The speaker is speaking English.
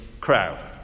crowd